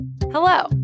Hello